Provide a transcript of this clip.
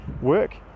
work